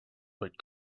but